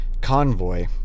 convoy